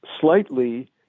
slightly